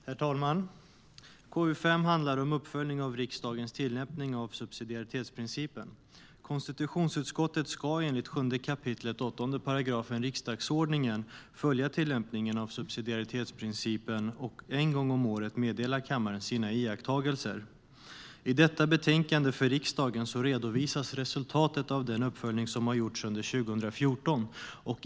Herr talman! Konstitutionsutskottet ska enligt 7 kap. 8 § riksdagsordningen följa tillämpningen av subsidiaritetsprincipen och en gång om året meddela kammaren sina iakttagelser. I detta betänkande till riksdagen redovisas resultatet av den uppföljning som har gjorts under 2014.